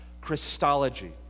Christology